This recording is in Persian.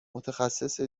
متخصص